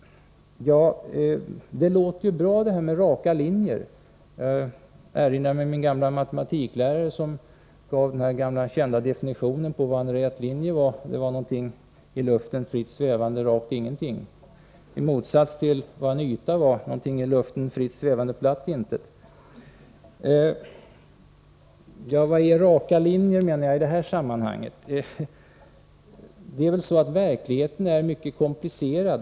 Ja, det här med raka linjer låter ju bra. Jag erinrar mig min gamla matematiklärare som gav den kända definitionen av vad en rät linje var: någonting i luften fritt svävande rakt intet. I motsats till detta var definitionen på en yta: någonting i luften fritt svävande platt intet. Vad är då raka linjer i det här sammanhanget? Det är ju så att verkligheten är mycket komplicerad.